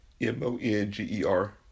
M-O-N-G-E-R